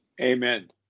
Amen